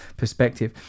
perspective